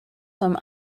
some